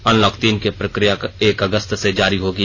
unlock तीन के प्रक्रिया एक अगस्त से जारी होगी